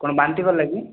କ'ଣ ବାନ୍ତି କଲେ କି